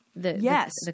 yes